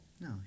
No